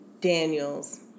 Daniels